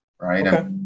right